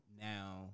now